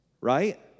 Right